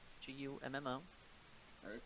G-U-M-M-O